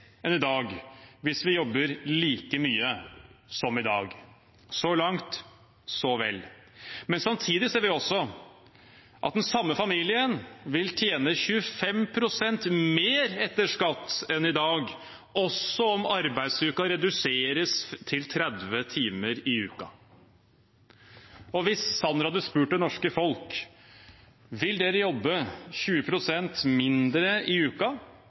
hvis vi jobber like mye som i dag. Så langt, så vel. Men samtidig ser vi også at den samme familien vil tjene 25 pst. mer etter skatt enn i dag også om arbeidsuken reduseres til 30 timer i uken. Hvis Sanner hadde spurt det norske folk om man vil jobbe 20 pst. mindre i